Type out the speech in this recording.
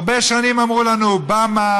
הרבה שנים אמרו לנו אובמה,